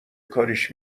کاریش